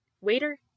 Waiter